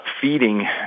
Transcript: feeding